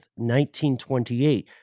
1928